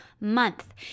month